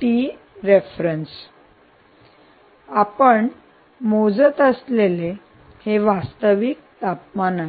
temperature आणि आपण मोजत असलेले हे वास्तविक तापमान आहे